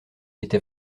était